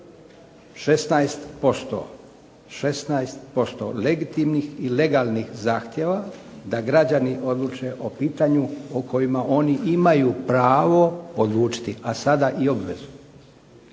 16% legitimnih i legalnih zahtjeva da građani o pitanju o kojima oni imaju pravo odlučiti, a sada i obvezu.